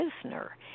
prisoner